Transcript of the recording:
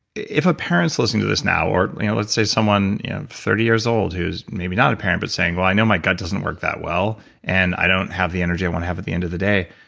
if a parent's listening to this now or let's say someone thirty years old who's maybe not a parent but is saying, well, i know my gut doesn't work that well and i don't have the energy i want to have at the end of the day.